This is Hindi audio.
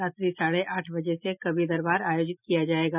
रात्रि साढ़े आठ बजे से कवि दरबार आयोजित किया जायेगा